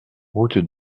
route